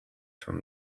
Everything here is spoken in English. from